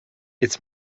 its